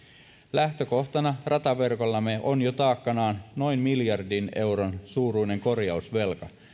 lähtökohtana rataverkollamme on jo taakkanaan noin miljardin euron suuruinen korjausvelka